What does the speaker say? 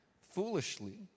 foolishly